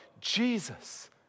Jesus